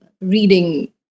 reading